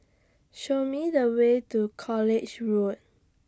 Show Me The Way to College Road